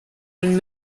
been